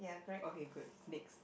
okay good next